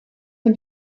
von